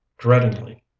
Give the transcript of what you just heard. Dreadingly